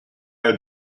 had